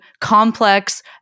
complex